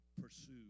pursue